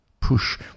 push